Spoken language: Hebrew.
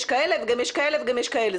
יש כאלה וגם יש כאלה וגם יש כאלה.